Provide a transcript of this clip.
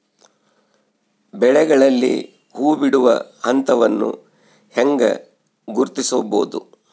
ಬೆಳೆಗಳಲ್ಲಿ ಹೂಬಿಡುವ ಹಂತವನ್ನು ಹೆಂಗ ಗುರ್ತಿಸಬೊದು?